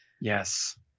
Yes